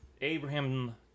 Abraham